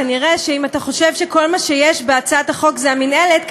כנראה אם אתה חושב שכל מה שיש בהצעת החוק זה המינהלת,